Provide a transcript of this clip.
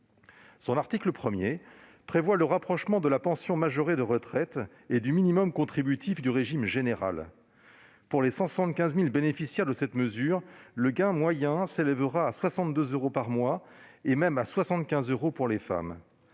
Son article 1 prévoit le rapprochement de la pension majorée de retraite et du minimum contributif du régime général. Pour les 175 000 bénéficiaires de cette mesure, le gain moyen s'élèvera à 62 euros par mois et même à 75 euros pour les femmes.